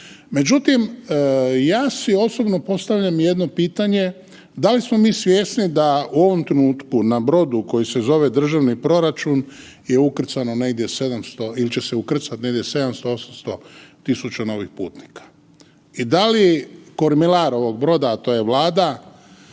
Međutim, ja si osobno postavljam jedno pitanje da li smo mi svjesni da u ovom trenutku na brodu koji se zove državni proračun je ukrcano negdje 700 ili će se ukrcat negdje 700., 800.000 novih putnika i da li kormilar ovog broda, a to je Vlada